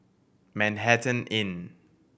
Manhattan Inn